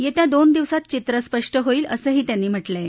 प्रस्थि दोन दिवसात चित्र स्पष्ट होईल असंही त्यांनी म्हटलंय